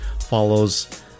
follows